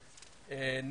אנחנו